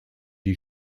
die